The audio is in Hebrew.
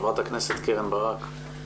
חברת הכנסת קרן ברק.